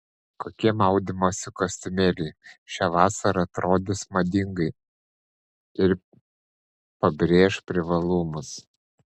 kokie maudymosi kostiumėliai šią vasarą atrodys madingai ir pabrėš privalumus